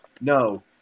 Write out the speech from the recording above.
No